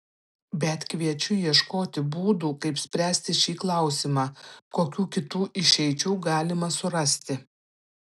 bet kviečiu ieškoti būdų kaip spręsti šį klausimą kokių kitų išeičių galima surasti